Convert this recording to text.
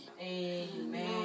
Amen